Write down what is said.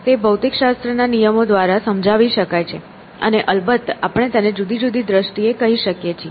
તે ભૌતિકશાસ્ત્રના નિયમો દ્વારા સમજાવી શકાય છે અને અલબત્ત આપણે તેને જુદી જુદી દ્રષ્ટિએ કહી શકીએ છીએ